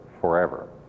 forever